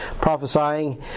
prophesying